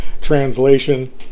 translation